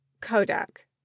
kodak